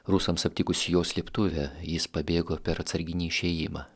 rusams aptikus jo slėptuvę jis pabėgo per atsarginį išėjimą